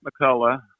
McCullough